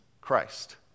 Christ